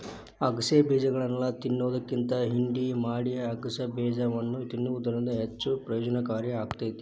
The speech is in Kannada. ಅಗಸೆ ಬೇಜಗಳನ್ನಾ ತಿನ್ನೋದ್ಕಿಂತ ಹಿಂಡಿ ಮಾಡಿ ಅಗಸೆಬೇಜವನ್ನು ತಿನ್ನುವುದು ಹೆಚ್ಚು ಪ್ರಯೋಜನಕಾರಿ ಆಕ್ಕೆತಿ